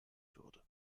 würde